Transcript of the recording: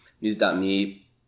News.me